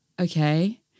okay